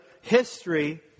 history